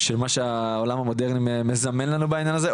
של מה שהעולם המודרני מזמן לנו בעניין הזה,